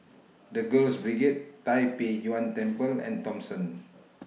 The Girls Brigade Tai Pei Yuen Temple and Thomson